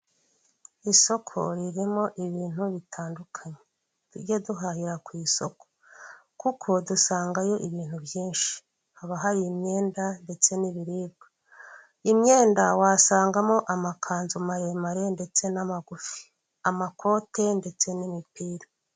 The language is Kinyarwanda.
Isoko ririmo ibintu bitandukanye tujye duhahira ku isoko kuko dusangayo ibintu byinshi, haba hari imyenda ndetse n'ibiribwa. Imyenda wasangamo amakanzu maremare ndetse n'amagufi, amakote ndetse n'imipira.